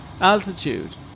Altitude